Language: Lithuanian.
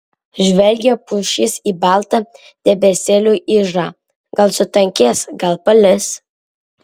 žvelgia pušys į baltą debesėlių ižą gal sutankės gal palis